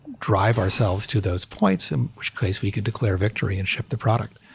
drive ourselves to those points and which case we could declare victory and ship the product.